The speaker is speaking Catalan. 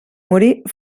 morir